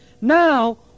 Now